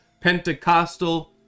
Pentecostal